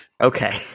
Okay